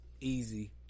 easy